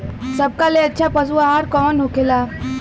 सबका ले अच्छा पशु आहार कवन होखेला?